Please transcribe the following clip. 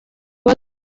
kuba